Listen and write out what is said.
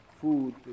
food